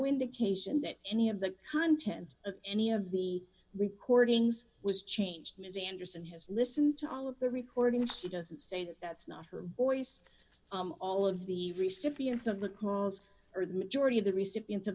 indication that any of the content of any of the recordings was changed ms anderson has listened to all of the recording and she doesn't say that that's not her voice all of the recipients of the calls or the majority of the recent